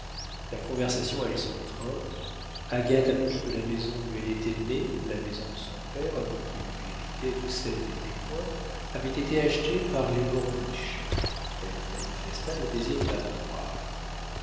la conversation allait son train agathe apprit que la maison où elle était née la maison de son père avant qu'il eût hérité de celle des descoings avait été achetée par les borniche elle manifesta le désir de la revoir